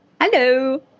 Hello